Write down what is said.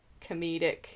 comedic